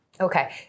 Okay